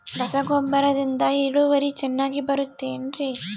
ರಸಗೊಬ್ಬರದಿಂದ ಇಳುವರಿ ಚೆನ್ನಾಗಿ ಬರುತ್ತೆ ಏನ್ರಿ?